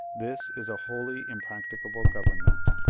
this is a wholly impracticable government.